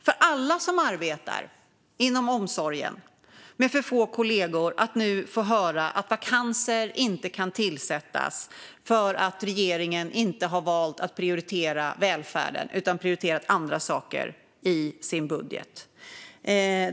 För alla som arbetar inom omsorgen med för få kollegor är det kännbart att nu få höra att vakanser inte kan tillsättas därför att regeringen har valt att inte prioritera välfärden utan har valt att prioritera andra saker i sin budget.